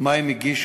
מה הם הגישו,